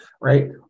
right